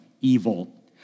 evil